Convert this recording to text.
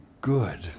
good